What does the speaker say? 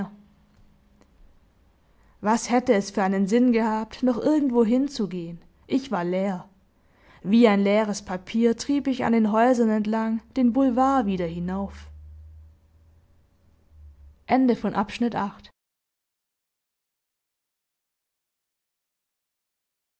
was hätte es für einen sinn gehabt noch irgendwohin zu gehen ich war leer wie ein leeres papier trieb ich an den häusern entlang den boulevard wieder hinauf